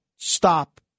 Stop